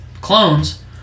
clones